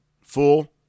full